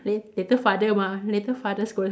late later father mah later father scold her